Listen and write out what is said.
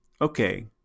Okay